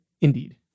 Indeed